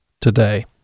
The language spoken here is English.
today